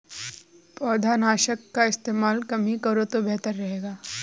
पौधनाशक का इस्तेमाल कम ही करो तो बेहतर रहेगा